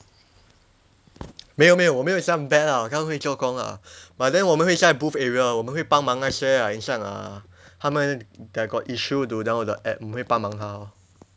没有没有我们没有这样 bad ah 当然会做工啦 but then 我们会在 booth area 我们会帮忙那些 like 很像 uh 他们 that got issue to download the app 我们会帮忙他咯